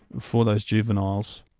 for those juveniles,